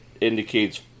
indicates